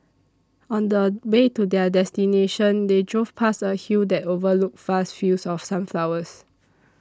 on the way to their destination they drove past a hill that overlooked vast fields of sunflowers